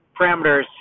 parameters